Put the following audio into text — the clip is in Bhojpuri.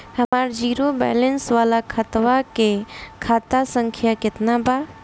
हमार जीरो बैलेंस वाला खतवा के खाता संख्या केतना बा?